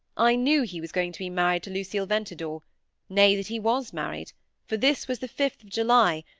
i knew he was going to be married to lucille ventadour nay, that he was married for this was the fifth of july,